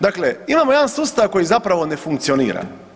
Dakle, imamo jedan sustav koji zapravo ne funkcionira.